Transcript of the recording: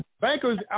Bankers